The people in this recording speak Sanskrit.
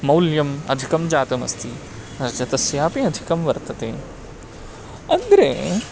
मौल्यम् अधिकं जातम् अस्ति रजतस्यापि अधिकं वर्तते अग्रे